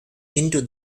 into